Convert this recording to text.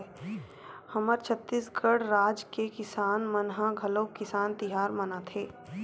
हमर छत्तीसगढ़ राज के किसान मन ह घलोक किसान तिहार मनाथे